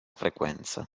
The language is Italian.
frequenza